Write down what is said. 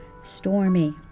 stormy